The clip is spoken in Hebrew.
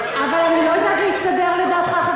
אבל אני לא יודעת להסתדר לדעתך,